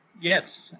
Yes